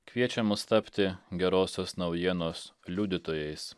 kviečia mus tapti gerosios naujienos liudytojais